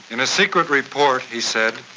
in a secret report he said,